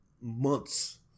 months